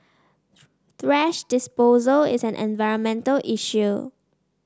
thrash disposal is an environmental issue